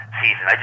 season